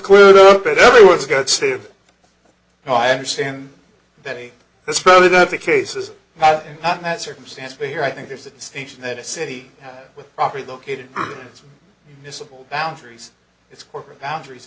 cleared up and everyone's got state oh i understand that a that's probably not the case is not that circumstance but here i think there's a distinction that a city had with property located miscible boundaries its corporate boundaries